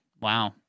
wow